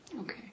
Okay